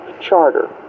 charter